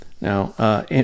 Now